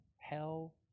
hell